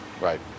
right